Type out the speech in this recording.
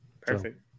perfect